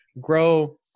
grow